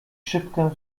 szybkę